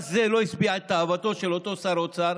מס זה לא השביע את תאוותו של אותו שר אוצר